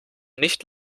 nicht